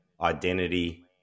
identity